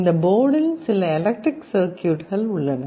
இந்த போர்டில் சில எலக்ட்ரிக் சர்க்யூட்கள் உள்ளன